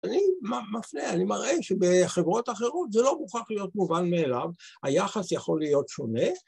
אני מפנה, אני מראה שבחברות אחרות זה לא מוכרח להיות מובן מאליו, היחס יכול להיות שונה